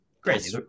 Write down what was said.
Great